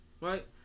Right